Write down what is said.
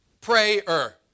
prayer